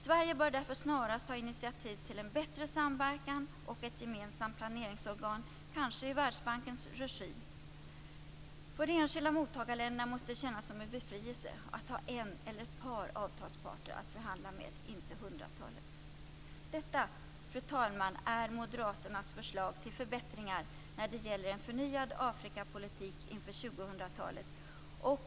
Sverige bör därför snarast ta initiativ till en bättre samverkan och ett gemensamt planeringsorgan, kanske i Världsbankens regi. För de enskilda mottagarländerna måste det kännas som en befrielse att ha en eller ett par avtalsparter att förhandla med - inte hundratalet. Detta, fru talman, är moderaternas förslag till förbättringar när det gäller en förnyad Afrikapolitik inför 2000-talet.